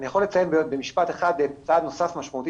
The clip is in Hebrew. אני יכול לציין במשפט אחד צעד נוסף משמעותי